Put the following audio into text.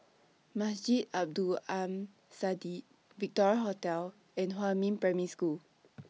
Masjid Abdul Aleem Siddique Victoria Hotel and Huamin Primary School